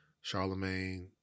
Charlemagne